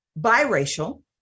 biracial